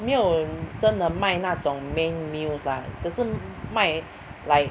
没有真的卖那种 main meals lah 只是卖 like